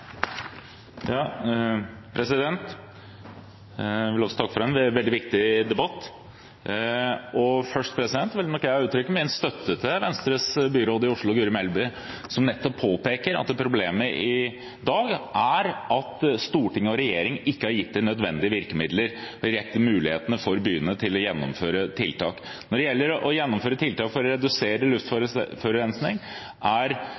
vil takke for en veldig viktig debatt. Først vil jeg nok uttrykke min støtte til en av Venstres byråder i Oslo, Guri Melby, som påpeker at problemet i dag er at storting og regjering ikke har gitt byene de nødvendige virkemidler, de riktige mulighetene, for å gjennomføre tiltak. Når det gjelder å gjennomføre tiltak for å redusere luftforurensning, er